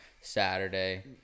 Saturday